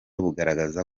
bugaragaza